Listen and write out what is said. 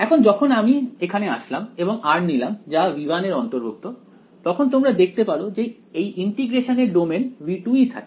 এখন যখন আমি এখানে আসলাম এবং r নিলাম যা V1 এর অন্তর্ভুক্ত তখন তোমরা দেখতে পারো যে এই ইন্টিগ্রেশনের ডোমেন V2 ই থাকে